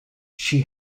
she